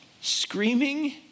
screaming